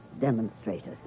demonstrators